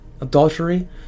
adultery